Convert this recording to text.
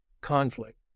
conflict